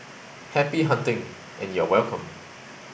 happy hunting and you are welcome